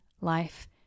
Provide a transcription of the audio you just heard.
life